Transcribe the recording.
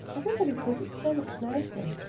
everybody says it's so much nicer,